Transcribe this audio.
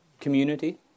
community